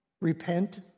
repent